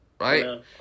right